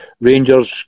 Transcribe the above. Rangers